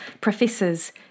professors